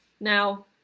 Now